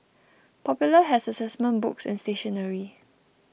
popular has assessment books and stationery